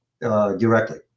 directly